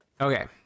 Okay